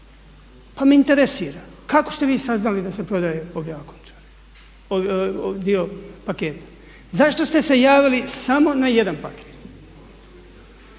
Pa me interesira kako ste vi saznali da se prodaje …/Govornik se ne razumije./… Končara, dio paketa? Zašto ste se javili samo na jedan paket?